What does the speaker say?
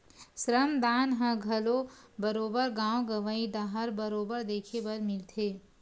श्रम दान ह घलो बरोबर गाँव गंवई डाहर बरोबर देखे बर मिलथे